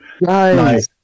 Nice